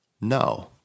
No